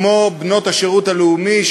כמו בנות השירות הלאומי,